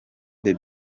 the